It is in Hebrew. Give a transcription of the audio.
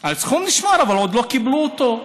הסכום נשמר, אבל עוד לא קיבלו אותו.